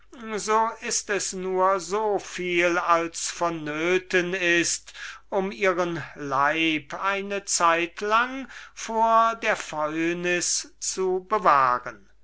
so ist es nur so viel als sie brauchen um ihren leib eine zeitlang vor der fäulnis zu bewahren